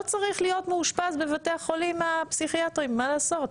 צריך להיות מאושפז בבתי החולים הפסיכיאטרים מה לעשות?